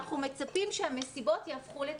אנחנו מצפים שהמסיבות יהפכו לטקסים.